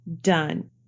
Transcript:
Done